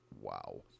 wow